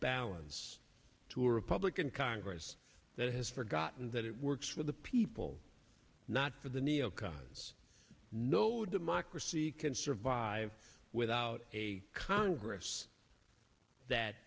balance to a republican congress that has forgotten that it works for the people not for the neo cons no democracy can survive without a congress that